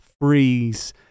freeze